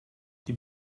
die